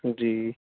جی